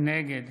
נגד